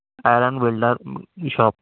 iron welder کی shop